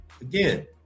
again